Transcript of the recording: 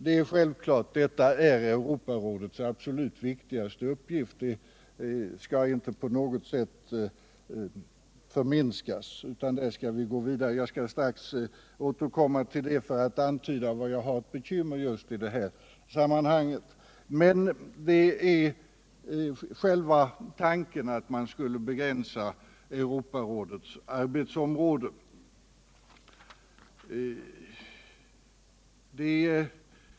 Detta är självfallet Europarådets viktigaste uppgift, som inte på något sätt skall förminskas, och jag skall också strax återkomma till vissa bekymmer som jag har i det sammanhanget. Men jag vill ändå vända mig mot tanken att man skulle begränsa Europarådets arbetsområde.